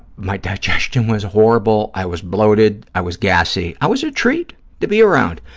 my digestion was horrible. i was bloated. i was gassy. i was a treat to be around.